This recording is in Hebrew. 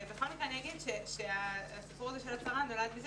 בכל מקרה אני אומר שהסיפור הזה של הצהרה נולד מזה